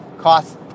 cost